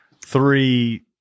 three